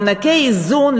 מענקי האיזון,